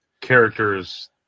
characters